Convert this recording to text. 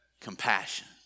Compassion